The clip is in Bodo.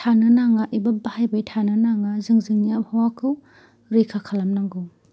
थांनो नाङा एबा बाहायबाय थानो नाङा जों जोंनि आबहावाखौ रैखा खालामनांगौ